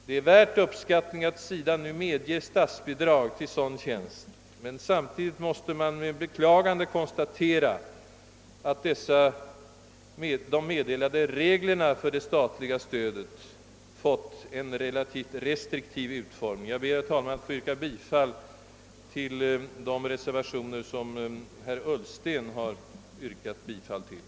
Det är värt uppskattning att SIDA nu medger statsbidrag till sådan tjänst. Samtidigt måste dock med beklagande konstateras att de meddelade reglerna för det statliga stödet alltså fått en relativt restriktiv utformning. Herr talman! Jag ber att få instämma i herr Ullstens yrkanden.